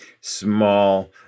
small